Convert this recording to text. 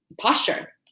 posture